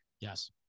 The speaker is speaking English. yes